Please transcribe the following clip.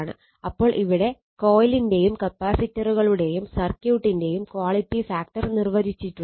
അപ്പോൾ ഇവിടെ കൊയിലിന്റെയും കപ്പാസിറ്ററുകളുടെയും സർക്യൂട്ടിന്റെയും ക്വാളിറ്റി ഫാക്ടർ നിർവചിച്ചിട്ടുണ്ട്